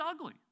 ugly